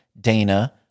Dana